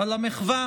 על המחווה